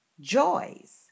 joys